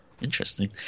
Interesting